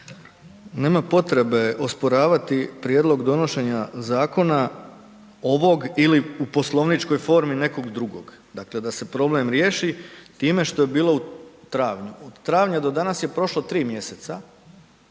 Nema potrebe osporavati prijedlog donošenja zakona ovoga ili u poslovničkoj formi nekog drugog dakle da se problem riješi time što bi bilo u travnju. Od travnja do danas je prošlo 3 mj.